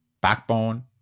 backbone